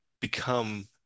become